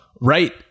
right